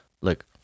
Look